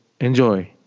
enjoy